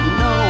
no